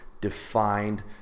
defined